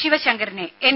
ശിവശങ്കറിനെ എൻ